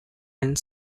and